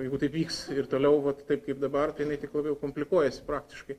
jeigu taip vyks ir toliau vat taip kaip dabar tai jinai tik labiau komplikuojasi praktiškai